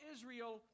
Israel